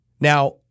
Now